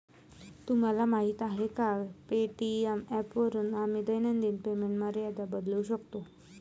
तुम्हाला माहीत आहे का पे.टी.एम ॲपमध्ये आम्ही दैनिक पेमेंट मर्यादा बदलू शकतो?